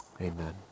Amen